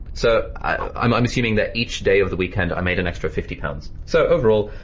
so i'm i'm assuming that each day of the weekend i made an extra fifty pounds. so overall,